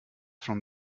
from